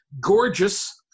gorgeous